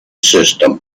systems